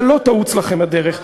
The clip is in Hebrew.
שלא תאוץ לכם הדרך,